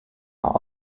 are